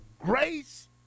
grace